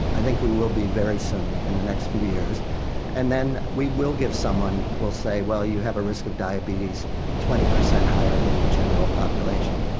i think we will be very soon, in the next few years and then we will give someone, we'll say, well, you have a risk of diabetes twenty per cent higher than the general population.